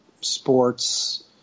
sports